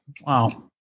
Wow